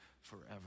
forever